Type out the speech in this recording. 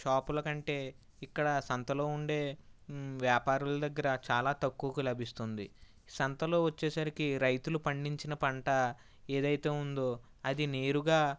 షాపుల కంటే ఇక్కడ సంతలో ఉండే వ్యాపారుల దగ్గర చాలా తక్కువకు లభిస్తుంది సంతలో వచ్చేసరికి రైతులు పండించిన పంట ఏదైతే ఉందో అది నేరుగా